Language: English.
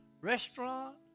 restaurant